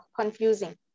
confusing